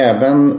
Även